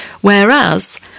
Whereas